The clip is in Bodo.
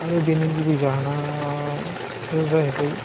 आरो बेनि गुबै जाहोनाबो जाहैबाय